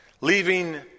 Leaving